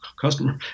customer